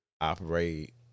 Operate